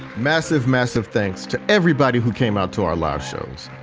massive, massive thanks to everybody who came out to our last shows.